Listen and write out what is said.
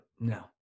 No